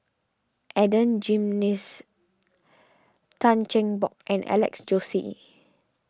Adan Jimenez Tan Cheng Bock and Alex Josey